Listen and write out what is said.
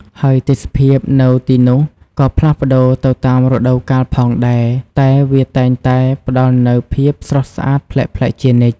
ហើយទេសភាពនៅទីនោះក៏ផ្លាស់ប្តូរទៅតាមរដូវកាលផងដែរ តែវាតែងតែផ្តល់នូវភាពស្រស់ស្អាតប្លែកៗជានិច្ច។